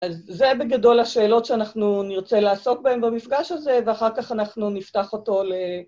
אז זה בגדול השאלות שאנחנו נרצה לעסוק בהן במפגש הזה, ואחר כך אנחנו נפתח אותו ל...